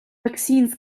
vaccines